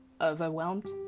overwhelmed